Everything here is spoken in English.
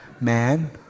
man